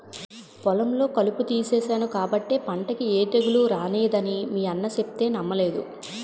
పొలంలో కలుపు తీసేను కాబట్టే పంటకి ఏ తెగులూ రానేదని మీ అన్న సెప్తే నమ్మలేదు